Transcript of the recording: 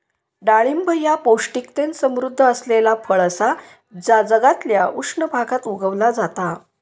डाळिंब ह्या पौष्टिकतेन समृध्द असलेला फळ असा जा जगातल्या उष्ण भागात उगवला जाता